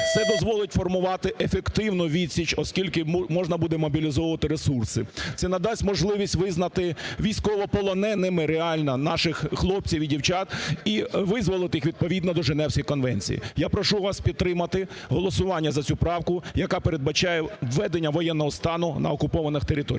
Це дозволить формувати ефективну відсіч, оскільки можна буде мобілізовувати ресурси. Це надасть можливість визнати військовополоненими реально наших хлопців і дівчат і визволити їх, відповідно до Женевських конвенцій. Я прошу вас підтримати голосування за цю правку, яка передбачає введення воєнного стану на окупованих територіях.